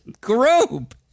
group